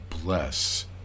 bless